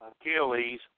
Achilles